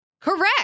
Correct